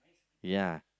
ya